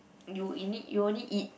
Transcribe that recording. you in it you only eat